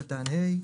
(ה)